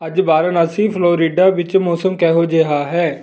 ਅੱਜ ਵਾਰਾਣਸੀ ਫਲੋਰੀਡਾ ਵਿੱਚ ਮੌਸਮ ਕਿਹੋ ਜਿਹਾ ਹੈ